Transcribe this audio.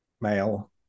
Male